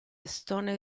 stone